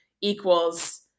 equals